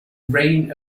reign